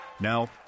Now